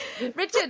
Richard